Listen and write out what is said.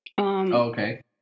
okay